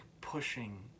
pushing